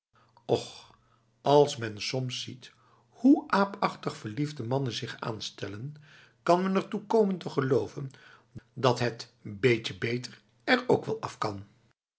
als men soms ziet hoe aapachtig verliefde mannen zich aanstellen kan men ertoe komen te geloven dat het beetje beter er ook wel af kan